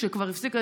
כשכבר הפסיק ה-DVD,